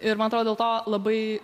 ir man atrodo dėl to labai